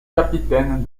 capitaine